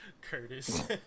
Curtis